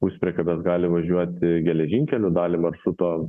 puspriekabės gali važiuoti geležinkeliu dalį maršruto